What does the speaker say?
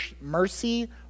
mercy